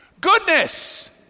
goodness